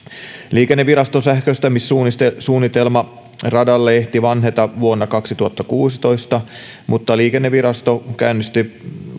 liikenneviraston sähköistämissuunnitelma radalle ehti vanheta vuonna kaksituhattakuusitoista mutta liikennevirasto käynnisti